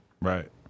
Right